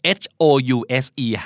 house